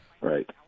right